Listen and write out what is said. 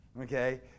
Okay